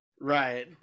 Right